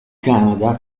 canada